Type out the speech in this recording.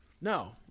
no